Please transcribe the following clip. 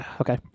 Okay